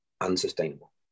unsustainable